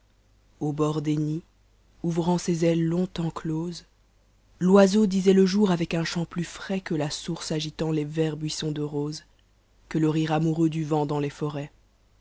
au bord des nids ouvrant ses ailes longtemps clones l'oiseau disait le jour avec un chant plus frais que la source agitant les verts buissons de roses que le rire amoureux du vent dans les tirets